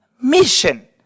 mission